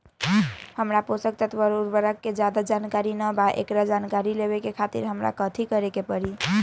हमरा पोषक तत्व और उर्वरक के ज्यादा जानकारी ना बा एकरा जानकारी लेवे के खातिर हमरा कथी करे के पड़ी?